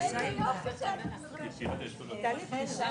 הישיבה ננעלה בשעה